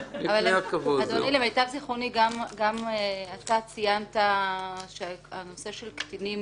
למיטב זכרוני, גם אתה ציינת שהנושא של קטינים